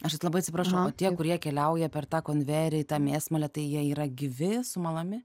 aš tavęs labai atsiprašau o tie kurie keliauja per tą konvejerį į tą mėsmalę tai jie yra gyvi sumalami